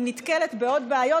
היא נתקלת בעוד בעיות,